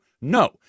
no